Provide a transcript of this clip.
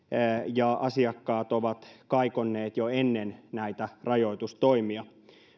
ja asiakkaat ovat kaikonneet jo ennen näitä rajoitustoimia